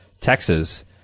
Texas